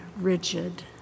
rigid